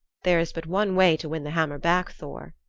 there is but one way to win the hammer back, thor,